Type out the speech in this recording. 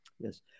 Yes